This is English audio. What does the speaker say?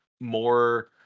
more